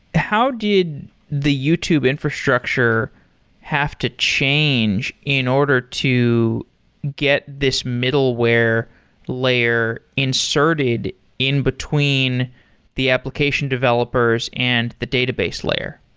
how did the youtube infrastructure have to change in order to get this middleware layer inserted in between the application developers and the database layer?